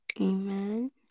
Amen